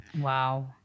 Wow